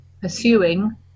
pursuing